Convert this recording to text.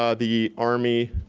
um the army,